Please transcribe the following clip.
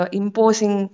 imposing